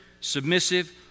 submissive